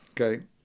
Okay